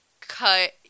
cut